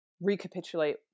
recapitulate